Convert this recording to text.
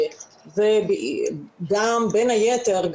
בין היתר,